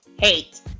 hate